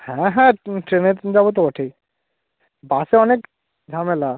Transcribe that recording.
হ্যাঁ হ্যাঁ ট্রেনে তো যাবো তো বটেই বাসে অনেক ঝামেলা